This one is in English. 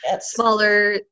smaller